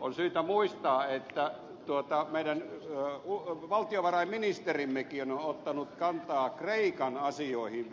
on syytä muistaa että meidän valtiovarainministerimmekin on ottanut viime aikoina kantaa kreikan asioihin